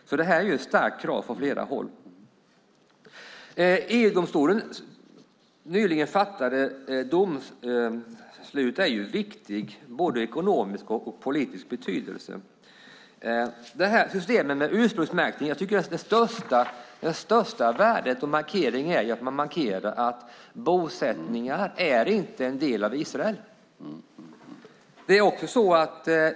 Detta är alltså ett starkt krav från flera håll. EU-domstolens nyligen fattade domslut är viktigt ur både ekonomisk och politisk betydelse. Jag tycker att det största värdet med systemet med ursprungsmärkning är att man markerar att bosättningarna inte är en del av Israel.